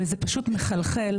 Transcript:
וזה פשוט מחלחל.